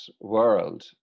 world